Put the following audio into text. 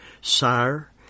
Sire